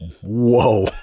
Whoa